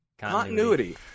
Continuity